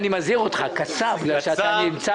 אני שומע